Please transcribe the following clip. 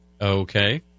Okay